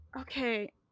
Okay